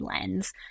lens